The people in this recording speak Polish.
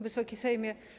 Wysoki Sejmie!